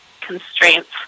constraints